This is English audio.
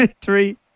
three